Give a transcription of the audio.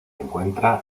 encuentra